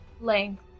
length